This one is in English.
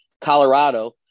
Colorado